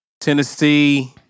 Tennessee